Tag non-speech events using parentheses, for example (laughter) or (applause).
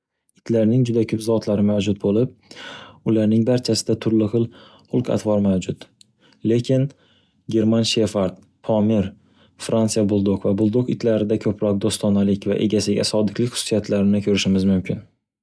Itlarning juda ko'p zotlari mavjud bo'lib, ularning barchasida turli xil xulq atvor (noise) mavjud, lekin german shefard, pomir, Fransiya buldoq va buldog itlarida ko'proq do'stonalik va egasiga sodiqlik xususiyatlarini ko'rishimiz mumkin.